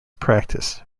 practice